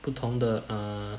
不同的 err